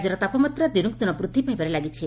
ରାଜ୍ୟର ତାପମାତ୍ରା ଦିନକୁ ଦିନ ବୃଦ୍ଧି ପାଇବାରେ ଲାଗିଛି